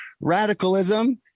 radicalism